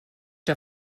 der